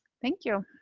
thank you.